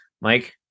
Mike